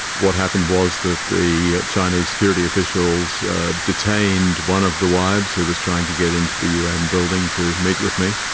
what happened was that the chinese security officials detained one of the wives who was trying to get into the un building to meet with me,